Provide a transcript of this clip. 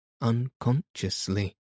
Unconsciously